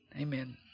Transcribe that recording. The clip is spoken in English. Amen